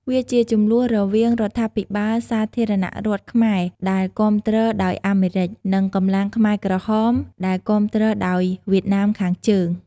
វាជាជម្លោះរវាងរដ្ឋាភិបាលសាធារណរដ្ឋខ្មែរដែលគាំទ្រដោយអាមេរិក និងកម្លាំងខ្មែរក្រហមដែលគាំទ្រដោយវៀតណាមខាងជើង។